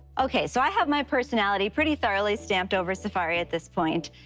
okay, so i have my personality pretty thoroughly stamped over safari at this point.